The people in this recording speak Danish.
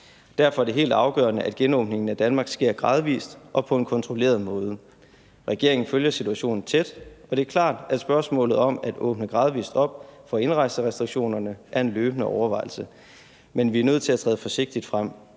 Derfor er det helt afgørende, at genåbningen af Danmark sker gradvist og på en kontrolleret måde. Regeringen følger situationen tæt, og det er klart, at spørgsmålet om at åbne gradvist op for indrejserestriktionerne er en løbende overvejelse, men vi er nødt til at træde forsigtigt frem.